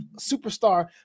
superstar